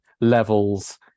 levels